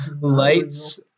Lights